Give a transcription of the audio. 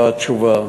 בתשובה.